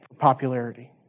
popularity